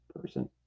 person